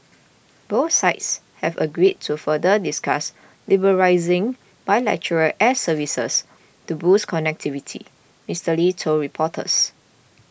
both sides have agreed to further discuss liberalising bilateral air services to boost connectivity Mister Lee told reporters